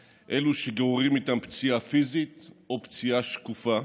שגוררים איתם פציעה פיזית או פציעה שקופה.